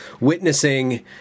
witnessing